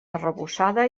arrebossada